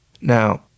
Now